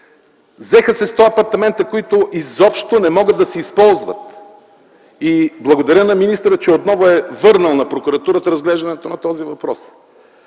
Взеха се сто апартамента, които изобщо не могат да се използват. Благодаря на министъра, че отново е върнал на прокуратурата разглеждането на този въпрос.